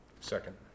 Second